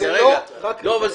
זה